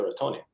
serotonin